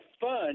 fun